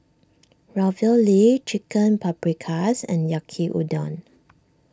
Ravioli Chicken Paprikas and Yaki Udon